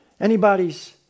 anybody's